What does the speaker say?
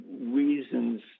reasons